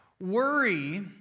worry